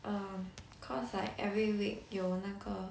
uh cause like every week 有那个